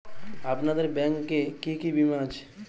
আপনাদের ব্যাংক এ কি কি বীমা আছে?